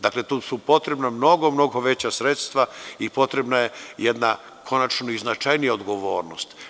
Dakle, tu su potrebna mnogo, mnogo veća sredstva i potrebna je jedna konačno i značajnija odgovorno.